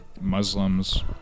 Muslims